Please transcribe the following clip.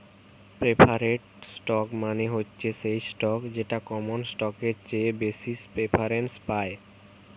preferred stock মানে হচ্ছে সেই স্টক যেটা কমন স্টকের চেয়ে বেশি প্রেফারেন্স পায়